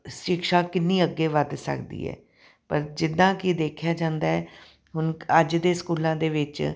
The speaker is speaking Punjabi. ਸਿਕਸ਼ਾ ਕਿੰਨੀ ਅੱਗੇ ਵੱਧ ਸਕਦੀ ਹੈ ਪਰ ਜਿੱਦਾਂ ਕਿ ਦੇਖਿਆ ਜਾਂਦਾ ਹੈ ਹੁਣ ਅੱਜ ਦੇ ਸਕੂਲਾਂ ਦੇ ਵਿੱਚ